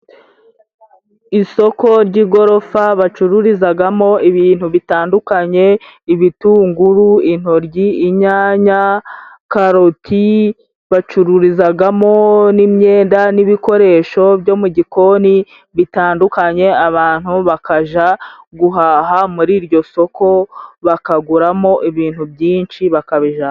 Isoko ry'igorofa bacururizagamo ibintu bitandukanye: ibitunguru, intoryi, inyanya, karoti; bacururizagamo n'imyenda n'ibikoresho byo mu gikoni bitandukanye abantu bakaja guhaha muri iryo soko bakaguramo ibintu byinshi bakabijana.